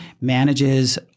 manages